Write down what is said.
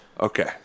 Okay